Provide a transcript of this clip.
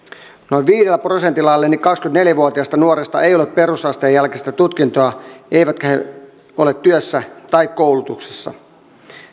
noin viidellä prosentilla alle kaksikymmentäneljä vuotiaista nuorista ei ole perusasteen jälkeistä tutkintoa eivätkä he ole työssä tai koulutuksessa